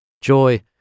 Joy